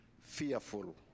fearful